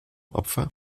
opfer